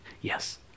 Yes